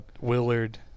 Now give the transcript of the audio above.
Willard